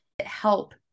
help